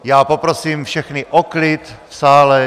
Já poprosím všechny o klid v sále.